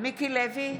מיקי לוי,